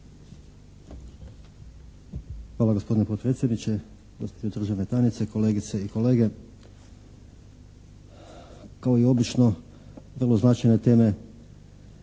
Hvala gospodine potpredsjedniče, gospođo državna tajnice, kolegice i kolege. Kao i obično, vrlo značajne teme